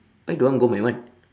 why you don't want to go my one